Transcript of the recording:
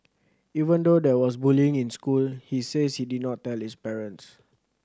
even though there was bullying in school he says he did not tell his parents